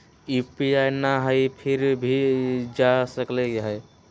UPI न हई फिर भी जा सकलई ह?